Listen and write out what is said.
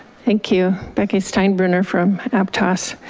thank you, becky steinbrenner from aptos.